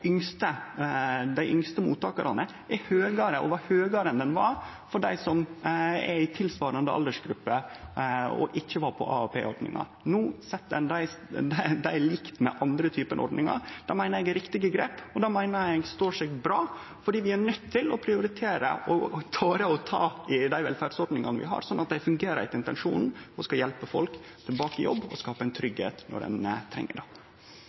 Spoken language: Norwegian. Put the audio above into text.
yngste mottakarane er høgare enn han er for dei som er i tilsvarande aldersgruppe og ikkje er på AAP-ordninga. No set ein dei likt med andre ordningar. Det meiner eg er eit riktig grep, og det meiner eg står seg bra, for vi er nøydde til å prioritere og tore å ta i dei velferdsordningane vi har, slik at dei fungerer etter intensjonen, at dei hjelper folk tilbake i jobb og skapar tryggleik når ein treng det.